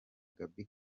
gaby